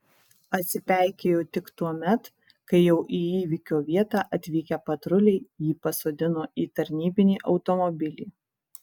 atsipeikėjo tik tuomet kai jau į įvykio vietą atvykę patruliai jį pasodino į tarnybinį automobilį